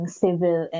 civil